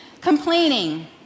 Complaining